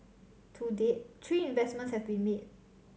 to date three investments have been made